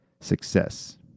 success